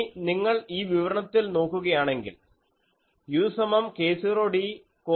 ഇനി നിങ്ങൾ ഈ വിവരണത്തിൽ നോക്കുകയാണെങ്കിൽ u സമം k0d cos theta plus u0 ആണ്